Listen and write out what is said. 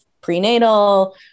prenatal